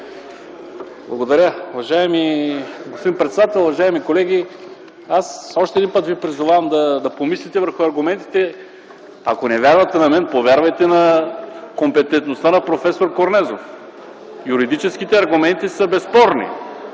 Благодаря. Уважаеми господин председател, уважаеми колеги! Аз още един път ви призовавам да помислите върху аргументите, ако не вярвате на мен, повярвайте на компетентността на проф. Корнезов. Юридическите аргументи са безспорни.